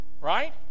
Right